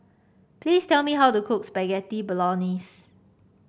please tell me how to cook Spaghetti Bolognese